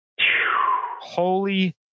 Holy